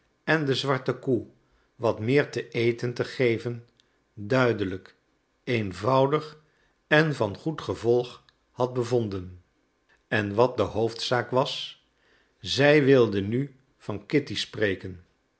en de zwarte koe wat meer te eten te geven duidelijk eenvoudig en van goed gevolg had bevonden en wat de hoofdzaak was zij wilde nu van kitty spreken